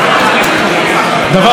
דבר שאני בטוח שאתה מסכים איתי שהוא,